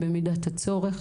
במידת הצורך,